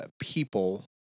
people